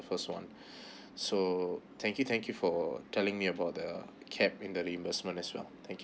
first one so thank you thank you for telling me about the cap in the reimbursement as well thank you